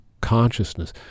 consciousness